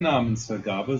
namensvergabe